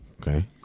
Okay